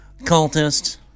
cultists